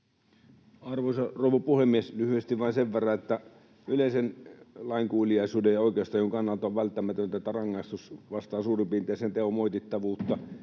Arvoisa rouva puhemies! Lyhyesti vain sen verran, että yleisen lainkuuliaisuuden ja oikeustajun kannalta on välttämätöntä, että rangaistus vastaa suurin piirtein teon moitittavuutta.